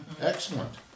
Excellent